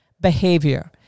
behavior